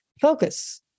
Focus